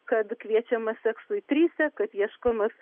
kad kviečiama seksui tryse kad ieškomas